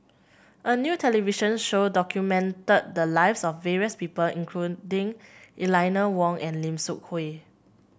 a new television show documented the lives of various people including Eleanor Wong and Lim Seok Hui